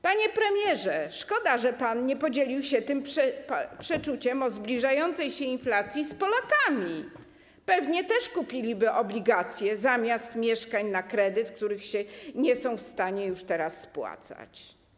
Panie premierze, szkoda że pan nie podzielił się tym przeczuciem o zbliżającej się inflacji z Polakami, pewnie też kupiliby obligacje zamiast mieszkań na kredyt, których się nie są w stanie już teraz spłacać.